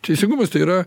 teisingumas tai yra